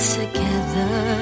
together